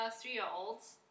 three-year-olds